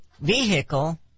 vehicle